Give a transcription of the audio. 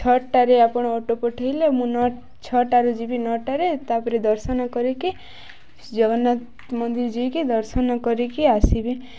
ଛଅଟାରେ ଆପଣ ଅଟୋ ପଠେଇଲେ ମୁଁ ନଅ ଛଅଟାରୁ ଯିବି ନଅଟାରେ ତାପରେ ଦର୍ଶନ କରିକି ଜଗନ୍ନାଥ ମନ୍ଦିର ଯାଇକି ଦର୍ଶନ କରିକି ଆସିବି